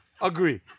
Agree